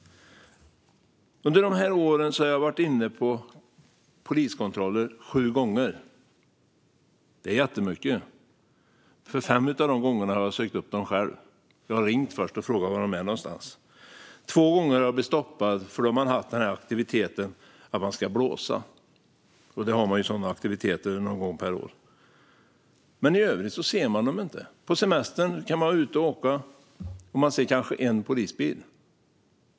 Under dessa år har jag varit inne på poliskontroller sju gånger, vilket är jättemycket. Fem av dessa gånger har jag sökt upp dem själv. Jag har först ringt och frågat var de är. Två gånger har jag blivit stoppad när de har haft en aktivitet då man ska blåsa. Sådana tillfällen har de någon gång per år. Men i övrigt ser man dem inte. På semestern kan man vara ute och åka och kanske bara se en enda polisbil.